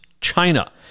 China